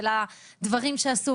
של הדברים שנעשו,